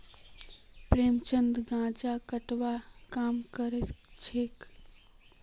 प्रेमचंद गांजा कटवार काम करछेक